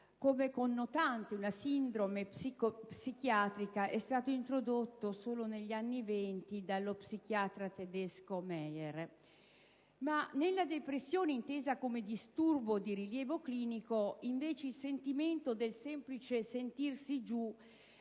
quale connotante una sindrome psichiatrica, è stato introdotto solo negli anni Venti dallo psichiatra tedesco Adolf Meyer. Nella depressione, intesa come disturbo di rilievo clinico, il sentimento del semplice «sentirsi giù»